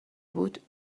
بود